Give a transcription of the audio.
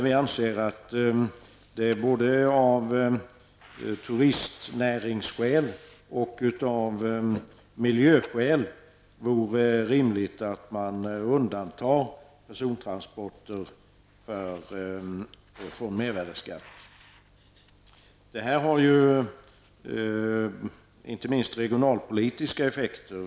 Vi anser att det både av turistnäringsskäl och av miljöskäl vore rimligt att undanta persontransporter från mervärdeskatt. Det här får inte minst regionalpolitiska effekter.